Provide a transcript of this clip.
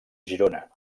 girona